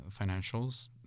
financials